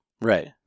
Right